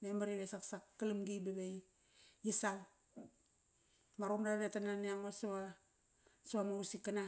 memar ive saksak galam gi ba ve yi sal. Ma ruqup nara di ratet nani ango sav, savama house sick kana.